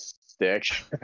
stitch